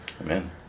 Amen